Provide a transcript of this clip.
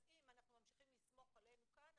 אז אם ממשיכים לסמוך עלינו כאן,